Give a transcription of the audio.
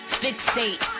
fixate